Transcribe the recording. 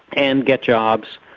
and get jobs,